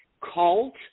cult